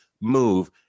move